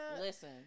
listen